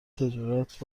تجارت